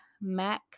Mac